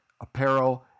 apparel